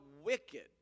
wicked